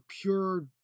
pure